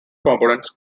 components